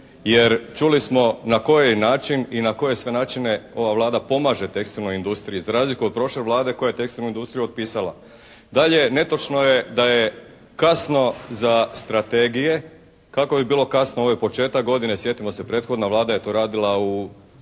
jer čuli smo na koji način i na koje sve načine ova Vlada pomaže tekstilnoj industriji za razliku od prošle Vlade koja je tekstilnu industriju otpisala. Dalje, netočno je da je kasno za strategije. Kako bi bilo kasno? Ovo je početak godine. Sjetimo se, prethodna Vlada je to radila u